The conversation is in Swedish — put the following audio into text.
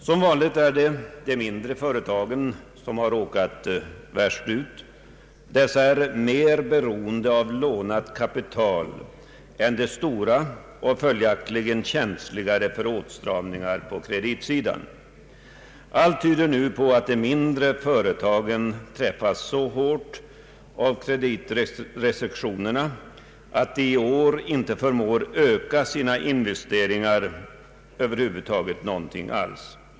Som vanligt är det de mindre företagen som har råkat värst ut. Dessa är mer beroende av lånat kapital än de stora och följaktligen känsligare för åtstramningar på kreditsidan. Allt tyder nu på att de mindre företagen träffats så hårt av kreditrestriktionerna, att de i år över huvud taget inte förmår öka sina investeringar.